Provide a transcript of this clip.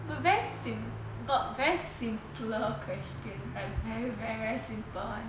got very sim~ got very simpler questions like very very very simple [one]